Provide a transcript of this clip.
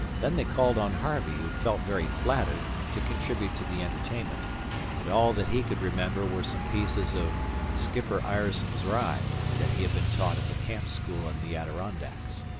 then they called on harvey, who felt very flattered, to contribute to the entertainment but all that he could remember were some pieces of skipper ireson's ride that he had been taught at the camp-school in the adirondacks.